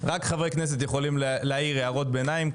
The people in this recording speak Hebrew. רק חברי כנסת יכולים להעיר הערות ביניים,